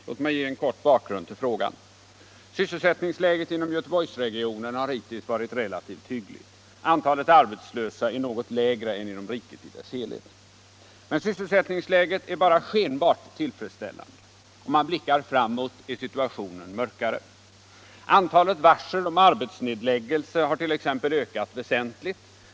Herr talman! Låt mig ge en kort bakgrund till frågan. Sysselsättningsläget inom Göteborgsregionen har hittills varit relativt hyggligt. Antalet arbetslösa är något lägre där än inom riket i dess helhet. Men sysselsättningsläget är bara skenbart tillfredsställande. Om man blickar framåt är situationen mörkare. Antalet varsel om arbetsnedläggelse har t.ex. ökat väsentligt.